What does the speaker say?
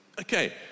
okay